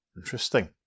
Interesting